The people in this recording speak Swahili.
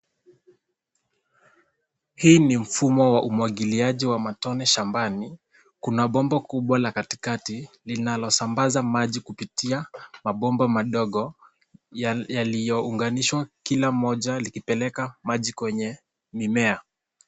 Huu ni mfumo wa umwagiliaji wa matone shambani, kuna bomba kubwa la katikati linalosambaza maji kupitia mabomba madogo yaliounganishwa kila moja likipeleka maji kwenye mimea.